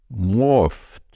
morphed